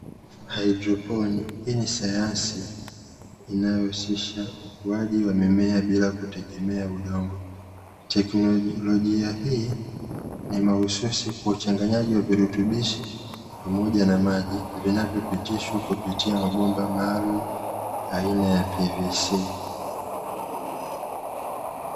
Haidroponi hii ni sayansi inayohusisha ukuaji wa mimea bila kutegemea udongo, tekinolojia hii ni mahususi kwa uchanganyaji wa virutubishi pamoja na maji vinavyopitishwa kupitia mabomba maalumu, aina ya pvc.